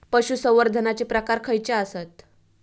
पशुसंवर्धनाचे प्रकार खयचे आसत?